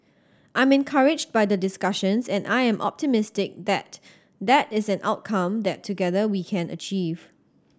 I'm encouraged by the discussions and I am optimistic that that is an outcome that together we can achieve